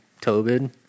Tobin